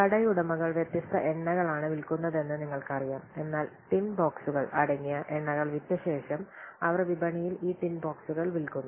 കടയുടമകൾ വ്യത്യസ്ത എണ്ണകൾ ആണ് വിൽക്കുന്നതെന്ന് നിങ്ങൾക്കറിയാം എന്നാൽ ടിൻ ബോക്സുകൾ അടങ്ങിയ എണ്ണകൾ വിറ്റ ശേഷം അവർ വിപണിയിൽ ഈ ടിൻ ബോക്സുകൾ വിൽക്കുന്നു